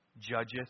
Judgeth